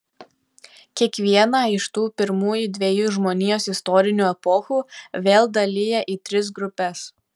kiekvieną iš tų pirmųjų dviejų žmonijos istorinių epochų vėl dalija į tris grupes